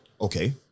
okay